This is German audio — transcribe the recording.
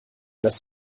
das